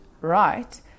right